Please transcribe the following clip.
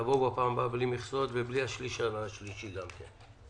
תבואו בפעם הבאה בלי מכסות ובלי השליש השלישי גם כן.